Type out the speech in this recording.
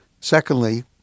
Secondly